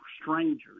strangers